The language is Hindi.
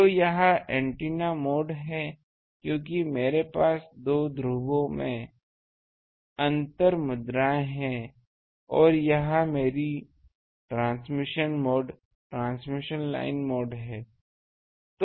तो यह एंटीना मोड है क्योंकि मेरे पास दो ध्रुवों में अंतर मुद्राएं हैं और यह मेरी transmission mode transmission line mode है